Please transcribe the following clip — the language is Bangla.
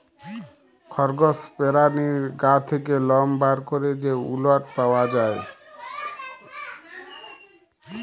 খরগস পেরানীর গা থ্যাকে লম বার ক্যরে যে উলট পাওয়া যায়